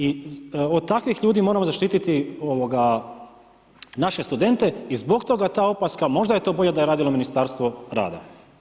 I od takvih ljudi moramo zaštiti naše studente i zbog toga ta opaska možda je to bolje da je radilo Ministarstvo rada.